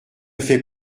fait